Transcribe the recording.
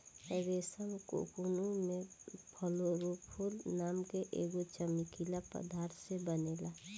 रेशम कोकून में फ्लोरोफोर नाम के एगो चमकीला पदार्थ से बनेला